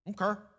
Okay